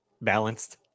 balanced